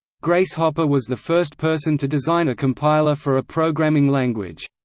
grace hopper was the first person to design a compiler for a programming language.